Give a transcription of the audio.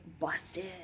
Busted